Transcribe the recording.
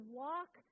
walk